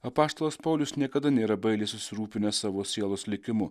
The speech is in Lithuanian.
apaštalas paulius niekada nėra bailiai susirūpinęs savo sielos likimu